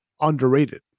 underrated